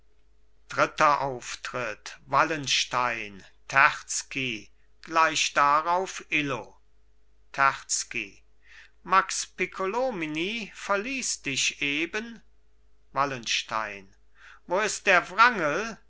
dritter auftritt wallenstein terzky gleich darauf illo terzky max piccolomini verließ dich eben wallenstein wo ist der wrangel